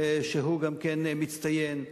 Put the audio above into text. והוא גם כן מצטיין.